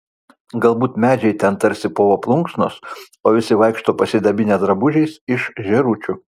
galbūt medžiai ten tarsi povo plunksnos o visi vaikšto pasidabinę drabužiais iš žėručių